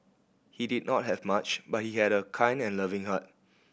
he did not have much but he had a kind and loving heart